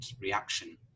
reaction